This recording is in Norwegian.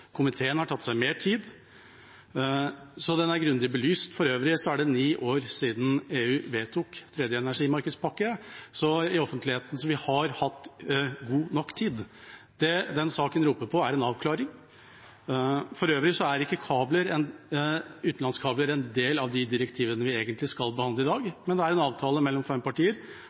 komiteen har tatt seg mer tid, så den er grundig belyst. For øvrig er det ni år siden EU vedtok den tredje energimarkedspakken, så vi har hatt god nok tid. Det som denne saken roper på, er en avklaring. For øvrig er utenlandskabler ikke egentlig en del av de direktivene vi skal behandle i dag, men det er en avtale mellom fem partier